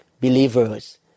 believers